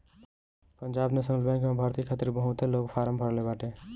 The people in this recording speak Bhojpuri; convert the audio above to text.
पंजाब नेशनल बैंक में भर्ती खातिर बहुते लोग फारम भरले बाटे